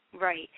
Right